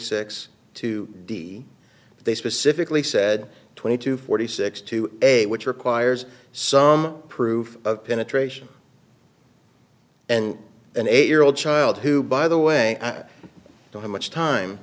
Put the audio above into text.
six two d they specifically said twenty to forty six to a which requires some proof of penetration and an eight year old child who by the way i don't have much time